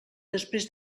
després